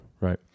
right